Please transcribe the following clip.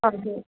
हजुर